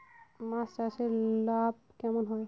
মাছ চাষে লাভ কেমন হয়?